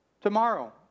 Tomorrow